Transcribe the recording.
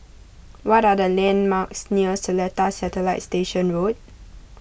what are the landmarks near Seletar Satellite Station Road